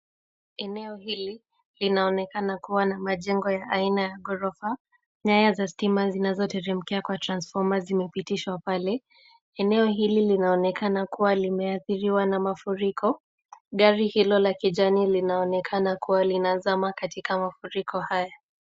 Eneo hili linaonekana kuwa na majengo aina ya maghorofa. Nyaya za stima zinazoteremkia kwa transfomer zimepitishwa pale. Eneo hili linaonekana kuwa limeadhiriwa na mafuriko. Gari hilo la kijani linaonekana kuwa linazama katika mafuriko haya.